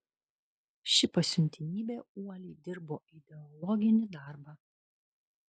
ši pasiuntinybė uoliai dirbo ideologinį darbą